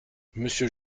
monsieur